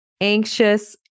anxious